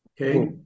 Okay